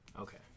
Okay